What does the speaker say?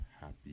happy